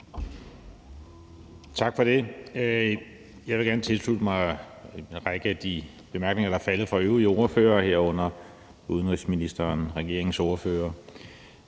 Tak for det. Jeg vil gerne tilslutte mig en række af de bemærkninger, der er faldet, fra øvrige ordførere, herunderregeringens ordfører,